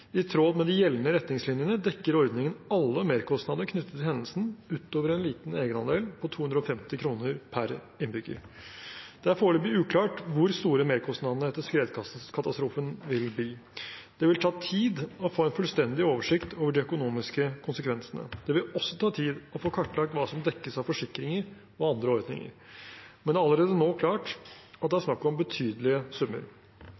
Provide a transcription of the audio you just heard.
I tråd med de gjeldende retningslinjene dekker ordningen alle merkostnader knyttet til hendelsen utover en liten egenandel på 250 kr per innbygger. Det er foreløpig uklart hvor store merkostnadene etter skredkatastrofen vil bli. Det vil ta tid å få en fullstendig oversikt over de økonomiske konsekvensene. Det vil også ta tid å få kartlagt hva som dekkes av forsikringer og andre ordninger, men det er allerede nå klart at det er snakk om betydelige summer.